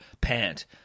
Pant